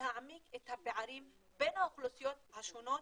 להעמיק את הפערים בין האוכלוסיות השונות,